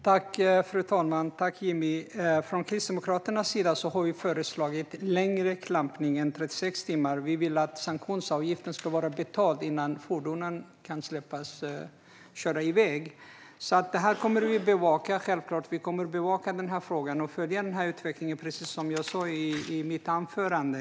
Fru talman! Tack, Jimmy Ståhl! Kristdemokraterna har föreslagit längre klampning än 36 timmar. Vi vill att sanktionsavgiften ska vara betald innan fordonen kan släppas och köras iväg. Vi kommer självklart att bevaka den här frågan och följa utvecklingen, precis som jag sa i mitt anförande.